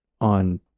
on